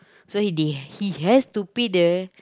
so they he has to pay the